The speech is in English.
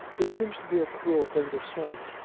it seems to be a cruel thing to say,